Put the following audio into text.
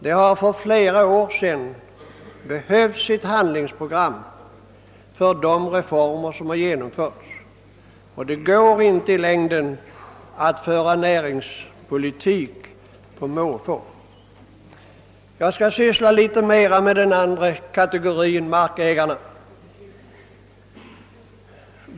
Det hade för flera år sedan behövts ett handlingsprogram för de reformer som genomförts; det går i längden inte att föra en näringspolitik på måfå. Jag skall uppehålla mig något vid den andra kategorin —' markägarna.